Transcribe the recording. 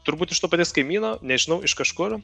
turbūt iš to paties kaimyno nežinau iš kažkur